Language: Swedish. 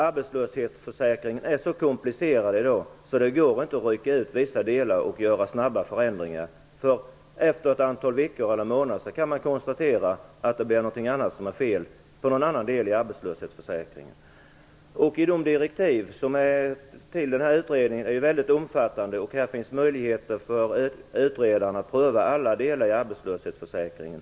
Arbetslöshetsförsäkringen är så komplicerad i dag att det inte går att rycka ut vissa delar och göra snabba förändringar. Efter ett antal veckor eller månader kan man då konstatera att någonting annat blir fel i någon annan del av arbetslöshetsförsäkringen. Direktiven till denna utredning är väldigt omfattande, och här finns möjligheter för utredaren att pröva alla delar i arbetslöshetsförsäkringen.